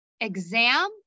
exam